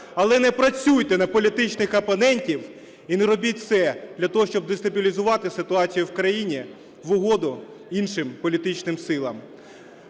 але не працюйте на політичних опонентів і не робіть це для того, щоб дестабілізувати ситуацію в країні в угоду іншим політичним силам.